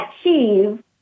achieve